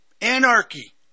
anarchy